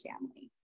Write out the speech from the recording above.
family